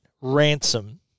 Ransom